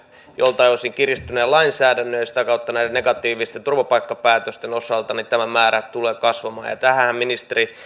joltain osin kiristyneen lainsäädännön ja sitä kautta näiden negatiivisten turvapaikkapäätösten osalta tämä määrä tulee kasvamaan ja tähänhän ministeri